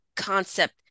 concept